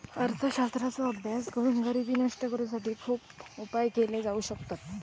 अर्थशास्त्राचो अभ्यास करून गरिबी नष्ट करुसाठी खुप उपाय केले जाउ शकतत